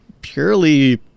purely